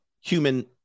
human